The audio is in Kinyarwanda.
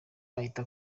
ahita